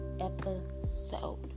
episode